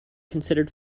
considered